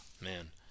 man